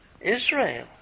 Israel